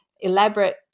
elaborate